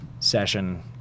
Session